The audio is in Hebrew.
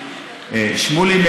עם שמולי,